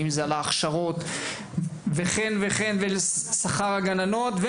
ואם זה על ההכשרות ושכר הגננות,